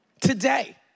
today